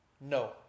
No